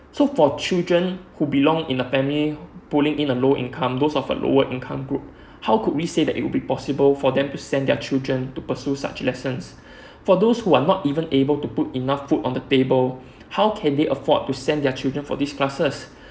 so for children who belong in a family pulling in a family income those are for lower income group how could we say that it would be possible for them to send their children to pursue such lessons for those who are not even able to put enough food on the table how can they afford to send their children for these classes